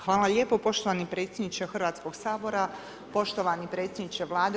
Hvala lijepo poštovani predsjedniče Hrvatskoga sabora, poštovani predsjedniče Vlade.